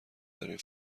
دارین